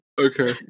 Okay